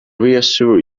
reassure